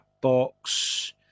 box